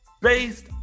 Based